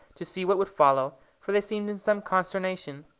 to see what would follow, for they seemed in some consternation.